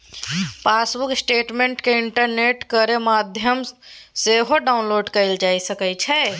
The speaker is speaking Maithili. पासबुक स्टेटमेंट केँ इंटरनेट केर माध्यमसँ सेहो डाउनलोड कएल जा सकै छै